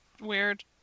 weird